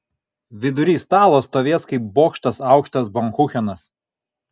vidury stalo stovės kaip bokštas aukštas baumkuchenas